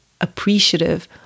appreciative